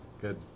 Good